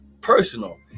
personal